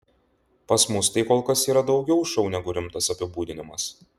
pas mus tai kol kas yra daugiau šou negu rimtas apibūdinimas